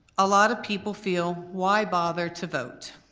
a lot of people feel why bother to vote?